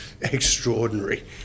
extraordinary